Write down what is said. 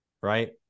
right